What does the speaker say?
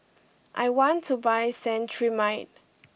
I want to buy Cetrimide